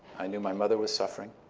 i knew my mother was suffering.